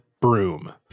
broom